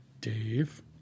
Dave